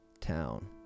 town